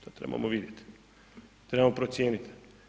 To trebamo vidjeti, trebamo procijeniti.